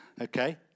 Okay